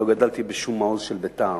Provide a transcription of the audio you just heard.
לא גדלתי בשום מעוז של בית"ר,